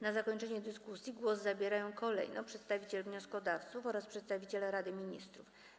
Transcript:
Na zakończenie dyskusji głos zabierają kolejno przedstawiciel wnioskodawców oraz przedstawiciel Rady Ministrów.